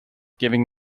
giving